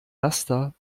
laster